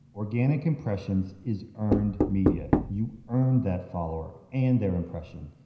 organic impressions is earned media. you earn that follower and their impression.